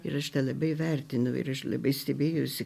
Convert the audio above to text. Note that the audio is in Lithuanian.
ir aš labai vertinu ir aš labai stebėjausi